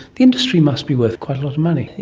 the industry must be worth quite a lot of money.